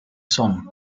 son